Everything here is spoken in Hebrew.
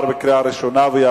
(פטור מארנונה לבתי-כנסת),